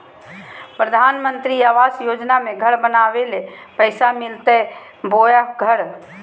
प्रधानमंत्री आवास योजना में घर बनावे ले पैसा मिलते बोया घर?